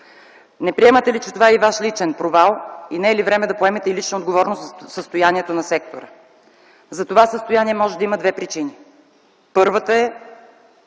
Не приемате ли, че това е и Ваш личен провал и не е ли време да поемете и лична отговорност за състоянието на сектора? За това състояние може да има две причини. Първата е